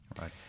right